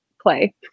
play